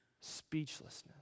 speechlessness